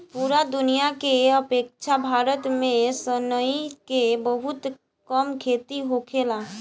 पूरा दुनिया के अपेक्षा भारत में सनई के बहुत कम खेती होखेला